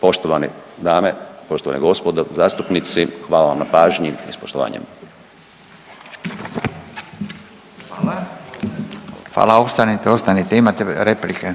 Poštovane dame, poštovani gospodo zastupnici hvala vam na pažnji i s poštovanjem. **Radin, Furio (Nezavisni)** Hvala, ostanite, ostanite imate replike,